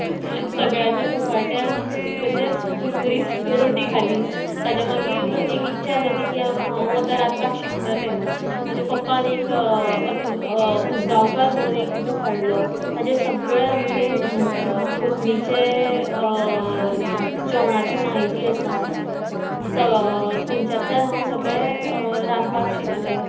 सगळ्यांनी मुखाट्यान तशेंच कुरकुरीत रोटी खाली ताज्या मागीर एक इच्छा जाली की हांव आता रांदपाक शिकतलें सो म्हज्या पप्पान एक अतुल अ उंसगावंकर म्हणून एक बूक हाडलो ताजेर सगळें आमचे हिं कोंकणीचें ज जेवणाची माहिती आसात थंयच्यांतल्यान हांव सगळें रांदपाक शिकलें